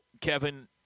Kevin